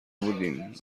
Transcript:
بودیم